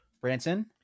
Branson